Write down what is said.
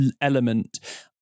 element